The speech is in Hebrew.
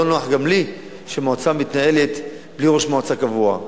לא נוח גם לי שמועצה מתנהלת בלי ראש מועצה קבוע.